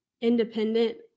independent